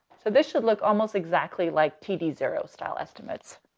so this should look almost exactly like td zero style estimates.